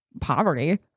poverty